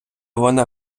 вона